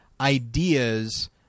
ideas